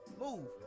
Move